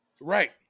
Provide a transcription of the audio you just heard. right